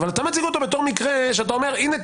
אבל אתה מציג אותו כמקרה שאתה אומר: הנה,